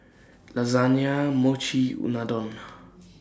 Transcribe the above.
Lasagne Mochi Unadon